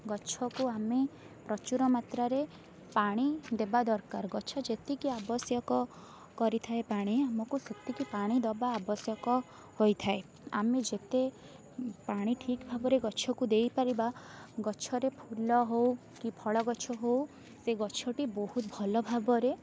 ଗଛକୁ ଆମେ ପ୍ରଚୁର ମାତ୍ରାରେ ପାଣି ଦେବା ଦରକାର ଗଛ ଯେତିକି ଆବଶ୍ୟକ କରିଥାାଏ ପାଣି ଆମକୁ ସେତିକି ପାଣି ଦବା ଆବଶ୍ୟକ ହୋଇଥାଏ ଆମେ ଯେତେ ପାଣି ଠିକ୍ ଭାବରେ ଗଛକୁ ଦେଇପାରିବା ଗଛରେ ଫୁଲ ହଉ କି ଫଳ ଗଛ ହଉ ସେ ଗଛଟି ବହୁତ ଭଲ ଭାବରେ